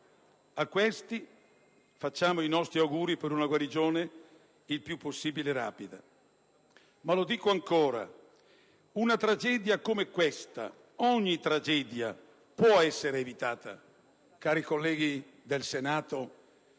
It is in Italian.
A questi facciamo i nostri auguri per una guarigione il più possibile rapida. Ma lo dico ancora: una tragedia come questa, ogni tragedia, può essere evitata, cari colleghi del Senato